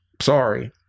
Sorry